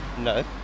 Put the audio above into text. No